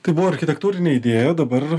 tai buvo architektūrinė idėja dabar